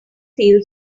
feel